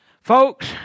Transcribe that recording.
Folks